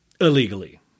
Illegally